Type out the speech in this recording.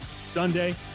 Sunday